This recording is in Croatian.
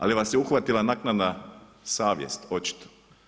Ali, vas je uhvatila naknada savjest, očito.